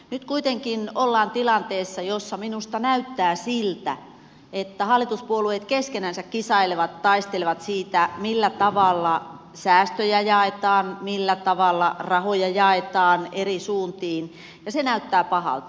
nyt kuitenkin ollaan tilanteessa jossa minusta näyttää siltä että hallituspuolueet keskenänsä kisailevat ja taistelevat siitä millä tavalla säästöjä jaetaan ja millä tavalla rahoja jaetaan eri suuntiin ja se näyttää pahalta